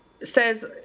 says